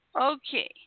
Okay